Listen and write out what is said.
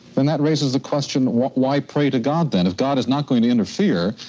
then that raises the question, why pray to god, then? if god is not going to interfere,